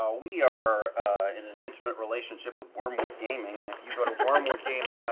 ah we are in an intimate relationship with wyrmwood gaming and if you go to wyrmwoodgaming